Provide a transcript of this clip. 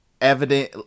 evident